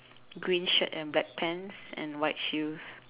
green shirt and black pants and white shoes